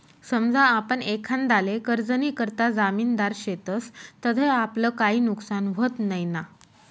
समजा आपण एखांदाले कर्जनीकरता जामिनदार शेतस तधय आपलं काई नुकसान व्हत नैना?